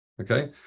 Okay